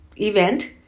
event